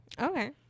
Okay